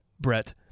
Brett